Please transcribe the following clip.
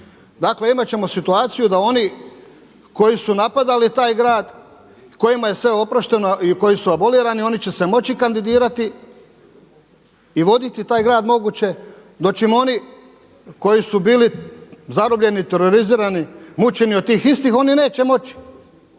Dakle, imat ćemo situaciju da oni koji su napadali taj grad i kojima se sve oprošteno i koji su abolirani oni će se moći kandidirati i voditi taj grad moguće, dočim oni koji su bili zarobljeni, terorizirani, mučeni od tih istih oni neće moći.